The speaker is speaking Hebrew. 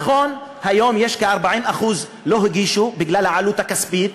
נכון, היום יש כ-40% שלא הגישו בגלל העלות הכספית,